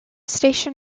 station